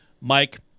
Mike